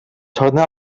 torna